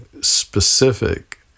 specific